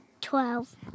twelve